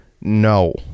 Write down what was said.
no